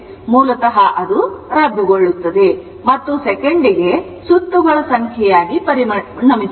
ಮೂಲತಃ ಅದು ರದ್ದುಗೊಳ್ಳುತ್ತದೆ ಮತ್ತು ಸೆಕೆಂಡಿಗೆ ಸುತ್ತುಗಳ ಸಂಖ್ಯೆಯಾಗಿ ಪರಿಣಮಿಸುತ್ತದೆ